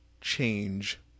change